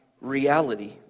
reality